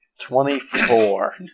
Twenty-four